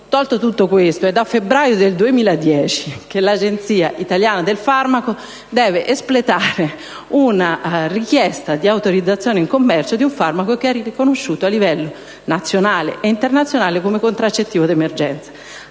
tolto tutto questo, è dal mese di febbraio 2010 che l'Agenzia italiana del farmaco deve espletare una richiesta di autorizzazione in commercio di un farmaco riconosciuto a livello nazionale e internazionale come contraccettivo d'emergenza.